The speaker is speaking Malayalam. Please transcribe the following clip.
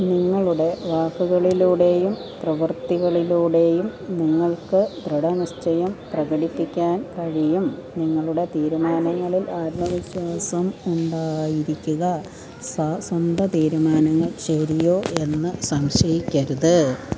നിങ്ങളുടെ വാക്കുകളിലൂടെയും പ്രവൃത്തികളിലൂടെയും നിങ്ങൾക്ക് ദൃഢനിശ്ചയം പ്രകടിപ്പിക്കാൻ കഴിയും നിങ്ങളുടെ തീരുമാനങ്ങളിൽ ആത്മവിശ്വാസം ഉണ്ടായിരിക്കുക സ്വന്ത തീരുമാനങ്ങൾ ശരിയോ എന്ന് സംശയിക്കരുത്